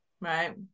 Right